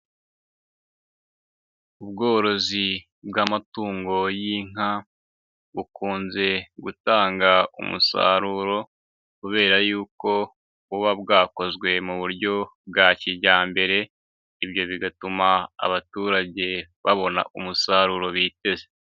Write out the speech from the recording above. Ubworozi bw'amatungo y'inka bukunze gutanga umusaruro, kubera yuko buba bwakozwe mu buryo bwa kijyambere, ibyo bigatuma abaturage babona umusaruro biteze.